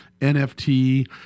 NFT